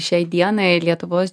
šiai dienai lietuvos